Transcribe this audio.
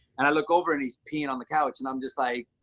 and i look over and he's peeing on the couch and i'm just like,